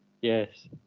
yes